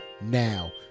now